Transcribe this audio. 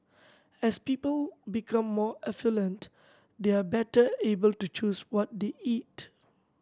as people become more affluent they are better able to choose what they eat